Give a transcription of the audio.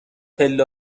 پله